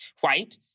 white